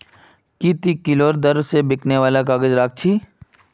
की ती किलोर दर स बिकने वालक काग़ज़ राख छि